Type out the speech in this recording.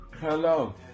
Hello